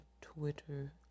Twitter